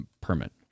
permit